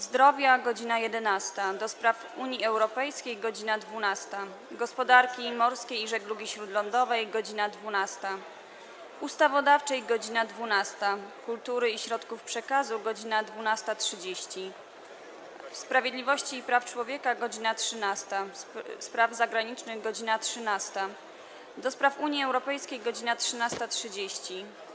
Zdrowia - godz. 11, - do Spraw Unii Europejskiej - godz. 12, - Gospodarki Morskiej i Żeglugi Śródlądowej - godz. 12, - Ustawodawczej - godz. 12, - Kultury i Środków Przekazu - godz. 12.30, - Sprawiedliwości i Praw Człowieka - godz. 13, - Spraw Zagranicznych - godz. 13, - do Spraw Unii Europejskiej - godz. 13.30,